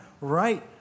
right